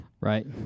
right